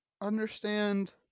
understand